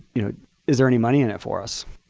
you know is there any money in it for us?